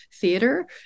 Theater